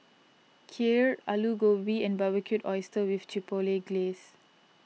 Kheer Alu Gobi and Barbecued Oysters with Chipotle Glaze